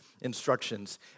instructions